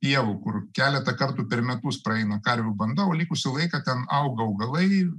pievių kur keletą kartų per metus praeina karvių banda o likusį laiką ten auga augalai